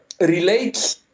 Relates